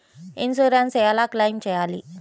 Insurance ఎలా claim చేయాలి?